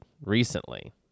recently